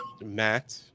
Matt